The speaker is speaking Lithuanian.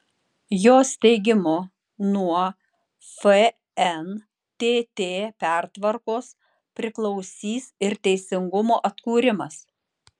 jos teigimu nuo fntt pertvarkos priklausys ir teisingumo atkūrimas